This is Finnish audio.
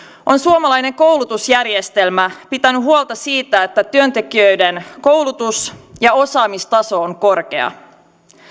on suomalainen koulutusjärjestelmä pitänyt huolta siitä että työntekijöiden koulutus ja osaamistaso on korkea